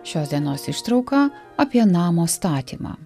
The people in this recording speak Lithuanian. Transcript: šios dienos ištrauką apie namo statymą